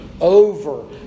over